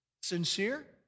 Sincere